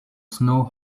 snow